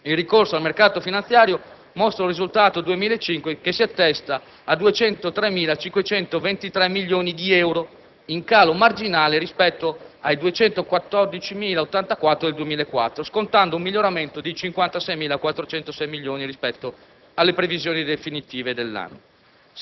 Il ricorso al mercato finanziario mostra un risultato 2005 che si attesta a 203.523 milioni di euro, in calo marginale rispetto ai 214.084 del 2004, scontando un miglioramento di 56.406 milioni rispetto alle previsioni definitive dell'anno.